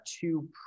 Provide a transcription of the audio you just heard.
two